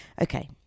Okay